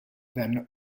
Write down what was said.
than